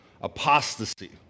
apostasy